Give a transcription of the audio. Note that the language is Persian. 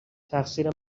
تقصیر